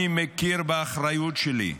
אני מכיר באחריות שלי,